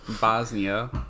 Bosnia